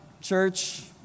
church